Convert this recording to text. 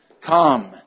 come